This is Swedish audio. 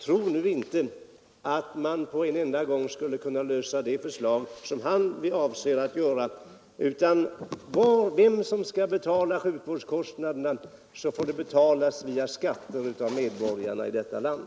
Tro nu inte att man på en enda gång skulle kunna lösa problemet genom det förslag vpk lägger fram. De som får betala sjukvårdskostnaderna blir i alla fall, via skatter, medborgarna i detta land.